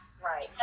Right